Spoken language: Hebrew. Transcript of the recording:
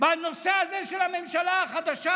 בנושא הזה של הממשלה החדשה,